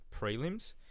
prelims